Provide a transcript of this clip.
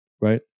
right